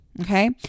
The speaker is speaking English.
Okay